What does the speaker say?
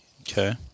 Okay